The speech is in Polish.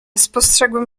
spostrzegłem